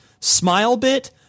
Smilebit